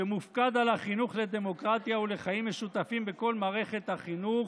שמופקד על החינוך לדמוקרטיה ולחיים משותפים בכל מערכת החינוך,